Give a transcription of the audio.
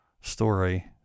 story